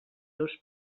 los